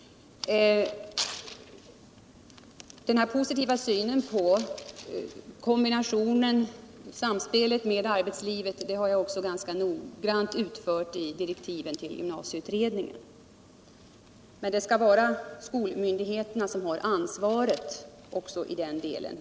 Den här positiva synen på samspelet med arbetslivet har jag också ganska noggrant utvecklat i direktiven till gymnasieutredningen. Det viktiga är att skolmyndigheterna har ansvaret också i den delen.